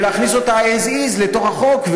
ולהכניס אותה as is לתוך החוק,